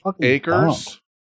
acres